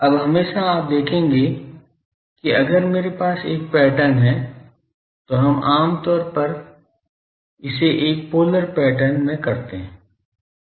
अब हमेशा आप देखेंगे कि अगर मेरे पास एक पैटर्न है तो हम आम तौर पर इसे एक पोलर पैटर्न में करते हैं